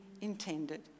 intended